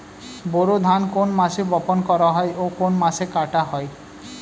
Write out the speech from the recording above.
বোরো ধান কোন মাসে বপন করা হয় ও কোন মাসে কাটা হয়?